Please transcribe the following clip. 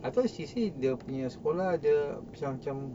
I thought she say dia punya sekolah macam